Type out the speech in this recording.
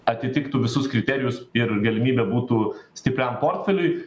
atitiktų visus kriterijus ir galimybė būtų stipriam portfeliui